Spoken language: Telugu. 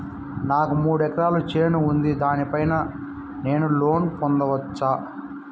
నాకు మూడు ఎకరాలు చేను ఉంది, దాని పైన నేను లోను పొందొచ్చా?